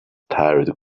tired